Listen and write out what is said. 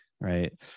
right